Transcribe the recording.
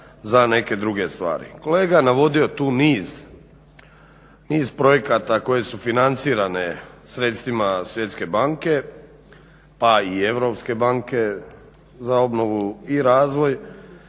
za neke druge stvari. Kolega je navodio tu niz projekata koji su financirani sredstvima Svjetske banke, pa i Europske banke za obnovu i razvoj.